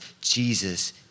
Jesus